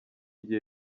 gihe